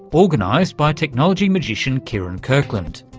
organised by technology magician kieron kirkland,